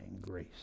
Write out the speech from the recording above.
grace